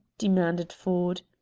demanded ford.